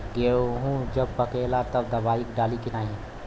गेहूँ जब पकेला तब दवाई डाली की नाही?